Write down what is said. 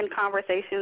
conversations